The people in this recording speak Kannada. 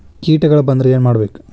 ಕೇಟಗಳ ಬಂದ್ರ ಏನ್ ಮಾಡ್ಬೇಕ್?